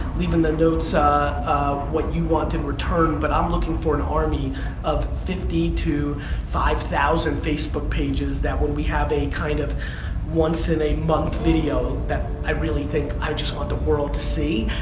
leave in the notes ah what you want in return but i'm looking for an army of fifty to five thousand facebook pages that when we have a kind of once in a month video that i really think i just want the world to see,